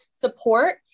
support